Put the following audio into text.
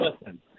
listen